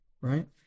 right